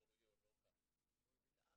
הדברים הם לא כך.